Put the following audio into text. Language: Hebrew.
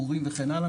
מורים וכן הלאה,